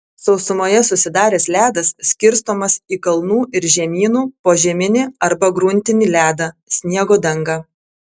sausumoje susidaręs ledas skirstomas į kalnų ir žemynų požeminį arba gruntinį ledą sniego dangą